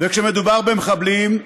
וכשמדובר במחבלים,